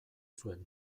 zuen